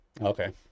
Okay